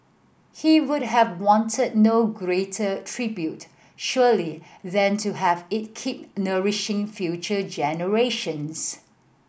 he would have wanted no greater tribute surely than to have it keep nourishing future generations